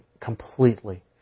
completely